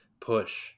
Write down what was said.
push